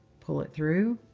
pull it through,